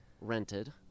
Rented